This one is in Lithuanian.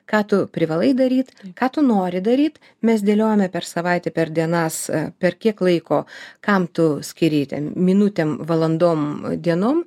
ką tu privalai daryt ką tu nori daryt mes dėliojame per savaitę per dienas per kiek laiko kam tu skyrei ten minutėm valandom dienom